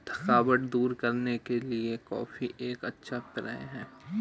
थकावट दूर करने के लिए कॉफी एक अच्छा पेय है